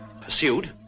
Pursued